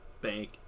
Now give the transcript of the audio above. bank